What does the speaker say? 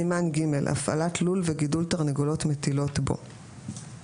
סימן ג': הפעלת לול וגידול תרנגולות מטילות בו